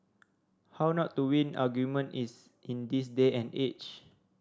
how not to win argument is in this day and age